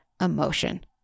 emotion